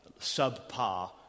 subpar